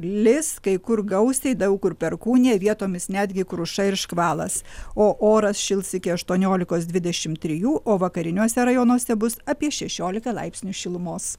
lis kai kur gausiai daug kur perkūnija vietomis netgi kruša ir škvalas o oras šils iki aštuoniolikos dvidešim trijų o vakariniuose rajonuose bus apie šešiolika laipsnių šilumos